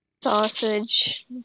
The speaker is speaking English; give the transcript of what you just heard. Sausage